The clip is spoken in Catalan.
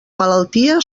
malaltia